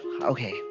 okay